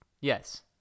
Yes